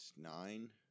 nine